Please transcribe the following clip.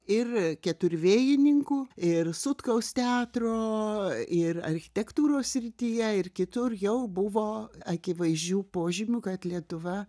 ir keturvėjininkų ir sutkaus teatro ir architektūros srityje ir kitur jau buvo akivaizdžių požymių kad lietuva